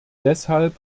deshalb